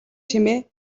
чимээ